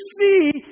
see